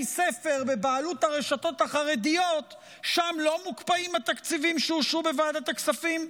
ספר בבעלות הרשתות החרדיות לא מוקפאים התקציבים שאושרו בוועדת הכספים?